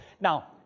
Now